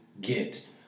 get